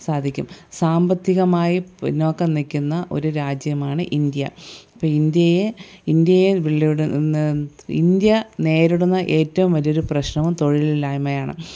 സാധിക്കും സാമ്പത്തികമായി പിന്നോക്കം നില്ക്കുന്ന ഒരു രാജ്യമാണ് ഇന്ത്യ ഇന്ത്യയെ ഇന്ത്യയെ വെ ഇന്ത്യ നേരിടുന്ന ഏറ്റവും വലിയൊരു പ്രശ്നവും തൊഴിലില്ലായ്മയാണ്